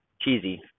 cheesy